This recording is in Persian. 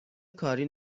کاری